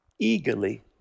eagerly